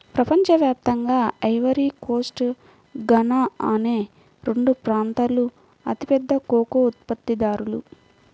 ప్రపంచ వ్యాప్తంగా Ivory Coast, Ghana అనే రెండు ప్రాంతాలూ అతిపెద్ద కోకో ఉత్పత్తిదారులు